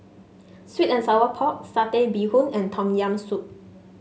sweet and Sour Pork Satay Bee Hoon and Tom Yam Soup